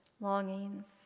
longings